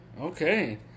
Okay